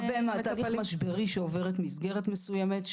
לגבי תהליך משברי שעוברת מסגרת מסוימת.